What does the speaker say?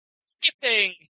Skipping